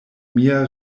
mia